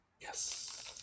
Yes